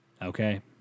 Okay